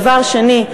דבר שני,